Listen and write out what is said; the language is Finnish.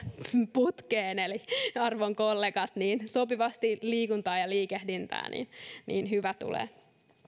putkeen eli arvon kollegat sopivasti liikuntaa ja liikehdintää niin niin hyvä tulee